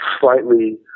slightly